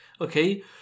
Okay